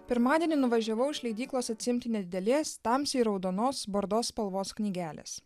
pirmadienį nuvažiavau iš leidyklos atsiimti nedidelės tamsiai raudonos bordo spalvos knygelės